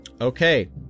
Okay